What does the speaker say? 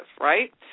right